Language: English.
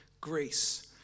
grace